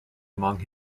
among